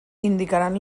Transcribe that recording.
indicaran